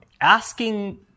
Asking